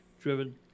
driven